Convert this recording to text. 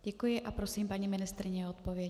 Děkuji a prosím paní ministryni o odpověď.